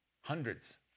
Hundreds